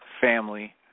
family